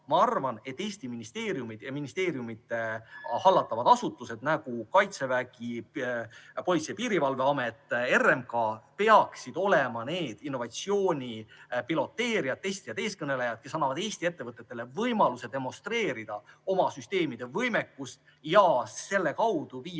Ma arvan, et Eesti ministeeriumid ja ministeeriumide hallatavad asutused, nagu Kaitsevägi, Politsei- ja Piirivalveamet ja RMK, peaksid olema innovatsiooni piloteerijad, testijad, eestkõnelejad, kes annavad Eesti ettevõtetele võimaluse demonstreerida oma süsteemide võimekust ja selle kaudu viia